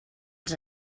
els